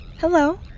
Hello